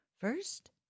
first